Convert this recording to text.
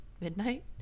midnight